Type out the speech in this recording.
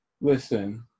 Listen